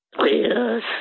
Yes